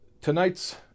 Tonight's